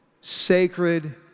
sacred